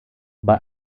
bei